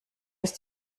ist